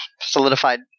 solidified